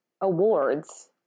awards